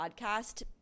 podcast